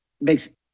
makes